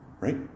Right